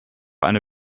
eine